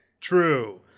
True